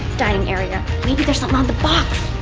dining area. maybe there's something on the box.